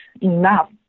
enough